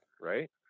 right